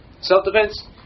Self-defense